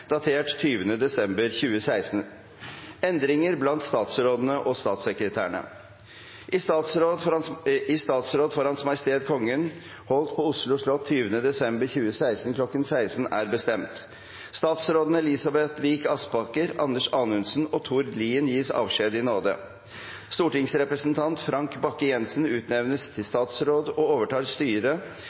datert 20. desember 2016: «Endringer blant statsrådene og statssekretærene I statsråd for H.M. Kongen holdt på Oslo slott 20. desember 2016 kl. 1600 er bestemt: Statsrådene Elisabeth Vik Aspaker, Anders Anundsen og Tord Lien gis avskjed i nåde. Stortingsrepresentant Frank Bakke-Jensen utnevnes til statsråd og overtar styret